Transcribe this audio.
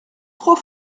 trop